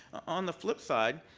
on the flip side,